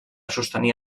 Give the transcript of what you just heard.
sostenir